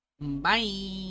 Bye